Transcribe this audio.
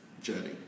journey